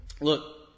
Look